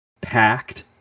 packed